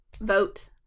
vote